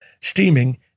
steaming